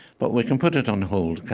but we can put it on hold,